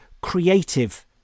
creative